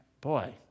boy